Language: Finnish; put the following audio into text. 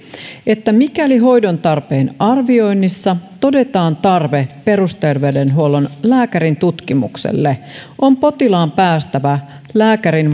mikäli hoidon tarpeen arvioinnissa todetaan tarve perusterveydenhuollon lääkärin tutkimukselle on potilaan päästävä lääkärin